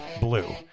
BLUE